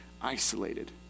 isolated